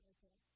Okay